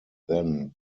then